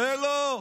זה לא.